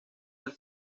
del